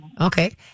okay